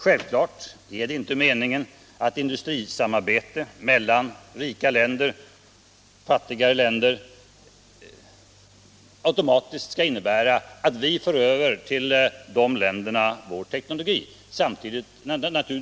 Självfallet är det inte meningen att industrisamarbete mellan rikare länder och fattigare länder automatiskt skall innebära att de rika länderna för över sin teknologi till de fattiga länderna.